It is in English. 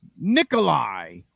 Nikolai